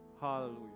Hallelujah